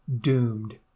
doomed